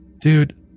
Dude